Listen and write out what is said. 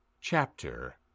Chapter